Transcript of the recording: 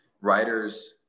Writers